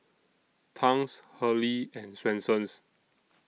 Tangs Hurley and Swensens